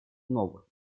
новых